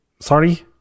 Sorry